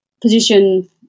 position